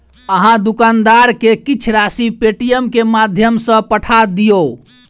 अहाँ दुकानदार के किछ राशि पेटीएमम के माध्यम सॅ पठा दियौ